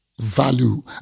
value